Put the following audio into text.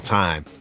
time